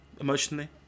emotionally